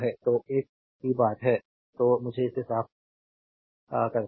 तो एक ही बात आगे है तो मुझे इसे साफ करते हैं